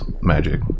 magic